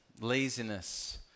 laziness